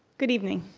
good evening.